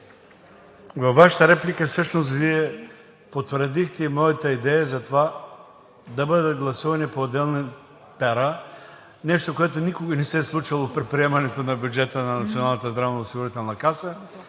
Във Вашата реплика всъщност Вие потвърдихте моята идея за това да бъдат гласувани по отделни пера нещо, което никога не се е случването при приемането на бюджета на